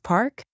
Park